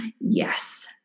Yes